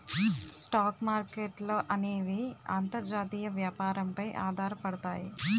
stock మార్కెట్ల అనేవి అంతర్జాతీయ వ్యాపారం పై ఆధారపడతాయి